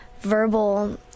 verbal